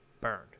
burned